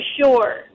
sure